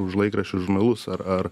už laikraščius žurnalus ar ar